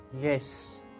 yes